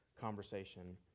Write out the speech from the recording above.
conversation